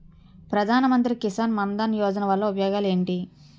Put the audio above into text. ప్రధాన మంత్రి కిసాన్ మన్ ధన్ యోజన వల్ల ఉపయోగాలు ఏంటి?